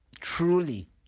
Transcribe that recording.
truly